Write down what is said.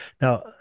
Now